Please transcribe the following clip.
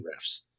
refs